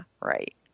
right